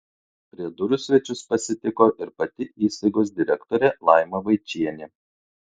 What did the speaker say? prie durų svečius pasitiko ir pati įstaigos direktorė laima vaičienė